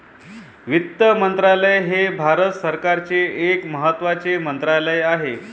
वित्त मंत्रालय हे भारत सरकारचे एक महत्त्वाचे मंत्रालय आहे